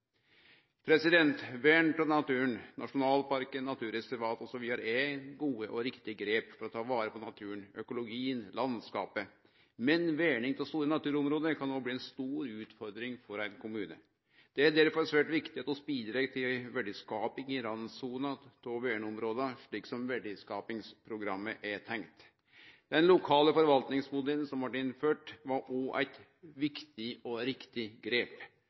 alle. Vern om naturen, nasjonalparkar og naturreservat osv. er gode og riktige grep for å ta vare på naturen, økologien og landskapet. Men vern av store naturområde kan òg bli ei stor utfordring for ein kommune. Det er derfor svært viktig at vi bidreg til verdiskaping i randsona av verneområda, slik verdiskapingsprogrammet føreset. Den lokale forvaltingsmodellen som blei innført, var òg eit viktig og riktig grep.